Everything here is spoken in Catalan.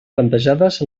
plantejades